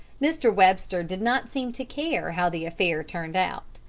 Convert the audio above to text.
mr. webster did not seem to care how the affair turned out.